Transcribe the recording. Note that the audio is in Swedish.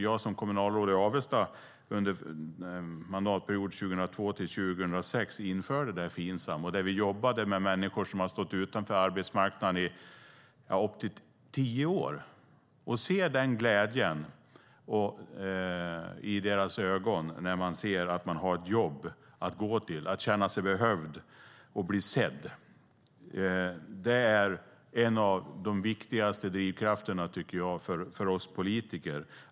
Jag var kommunalråd i Avesta under mandatperioden 2002-2006 då Finsam infördes, och där jobbade vi med människor som hade stått utanför arbetsmarknaden i upp till tio år. Att se glädjen i deras ögon när de har ett jobb att gå till där de känner sig behövda och blir sedda är en av de viktigaste drivkrafterna för oss politiker.